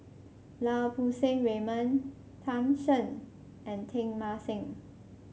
Lau Poo Seng Raymond Tan Shen and Teng Mah Seng